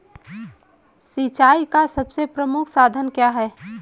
सिंचाई का सबसे प्रमुख साधन क्या है?